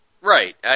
Right